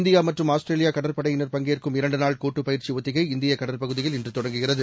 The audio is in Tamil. இந்தியா மற்றும் ஆஸ்திரேலியா கடற்படையினர் பங்கேற்கும் இரண்டு நாள் கூட்டுப் பயிற்சி ஒத்திகை இந்திய கடற்பகுதியில் இன்று தொடங்குகிறது